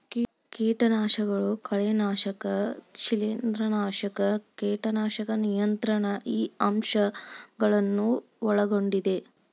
ಕೇಟನಾಶಕಗಳನ್ನು ಕಳೆನಾಶಕ ಶಿಲೇಂಧ್ರನಾಶಕ ಕೇಟನಾಶಕ ನಿಯಂತ್ರಣ ಈ ಅಂಶ ಗಳನ್ನು ಒಳಗೊಂಡಿದೆ